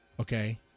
okay